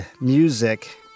music